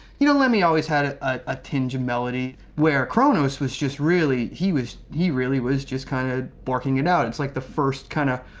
you know, lemmy always had a ah tinge of melody, where cronos was just really. he was he really was just kind of, barking it out. it's like the first kind of,